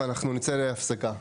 ואנחנו נצא להפסקה.